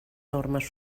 normes